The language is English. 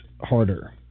harder